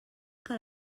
que